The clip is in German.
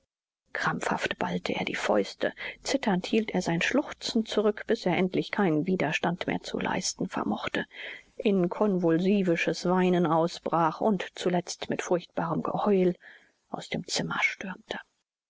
krampfhaft ballte er die fäuste zitternd hielt er sein schluchzen zurück bis er endlich keinen widerstand mehr zu leisten vermochte in convulsivisches weinen ausbrach und zuletzt mit furchtbarem geheul aus dem zimmer stürzte